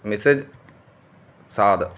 Mrs ਸਾਧ